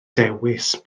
dewis